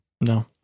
No